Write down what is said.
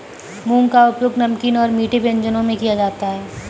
मूंग का उपयोग नमकीन और मीठे व्यंजनों में किया जाता है